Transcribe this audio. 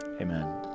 Amen